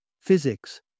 Physics